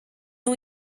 uma